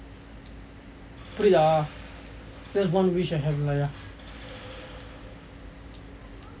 புரியுதா:puriyuthaa that's one wish I have